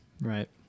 Right